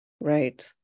right